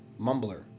mumbler